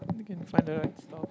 you can find the right stuff